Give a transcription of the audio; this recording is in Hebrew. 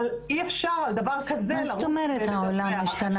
אבל אי אפשר על דבר כזה לרוץ --- מה זאת אומרת העולם השתנה?